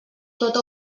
tota